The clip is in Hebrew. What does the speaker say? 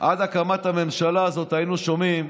עד הקמת הממשלה הזאת היינו שומעים,